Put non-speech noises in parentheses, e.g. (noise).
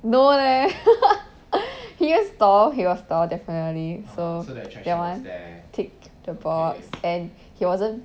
no leh (laughs) he was tall he was tall definitely so that one tick the box and he wasn't